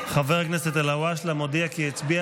חבר הכנסת אלהואשלה מודיע כי הצביע